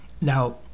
Now